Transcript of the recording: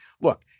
look